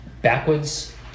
Backwards